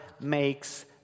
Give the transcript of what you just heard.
makes